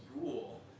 rule